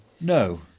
no